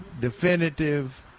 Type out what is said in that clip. definitive